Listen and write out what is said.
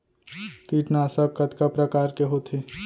कीटनाशक कतका प्रकार के होथे?